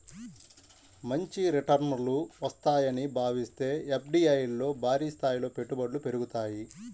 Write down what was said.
మంచి రిటర్నులు వస్తాయని భావిస్తే ఎఫ్డీఐల్లో భారీస్థాయిలో పెట్టుబడులు పెరుగుతాయి